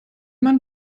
mann